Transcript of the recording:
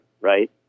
right